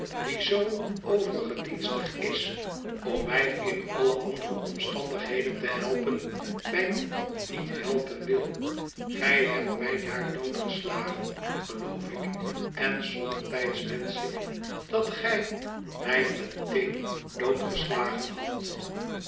die zoo overgedienstig is om mij in alle andere omstandigheden te helpen mij nu niet helpen wil gij hebt mij daar doodgeslagen geloof ik en somtijds wensch ik dat gij mij meteen doodgeslagen hadt